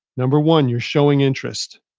number one, you're showing interest,